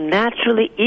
naturally